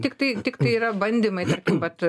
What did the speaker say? tiktai tiktai yra bandymai tarkim vat